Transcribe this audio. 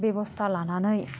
बेबस्टा लानानै